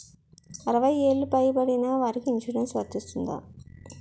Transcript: అరవై ఏళ్లు పై పడిన వారికి ఇన్సురెన్స్ వర్తిస్తుందా?